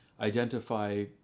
identify